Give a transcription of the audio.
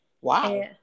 Wow